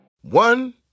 one